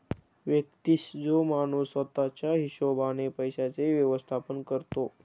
व्यक्तिशः तो माणूस स्वतः च्या हिशोबाने पैशांचे व्यवस्थापन करतो